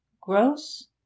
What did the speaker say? gross